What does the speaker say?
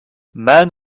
man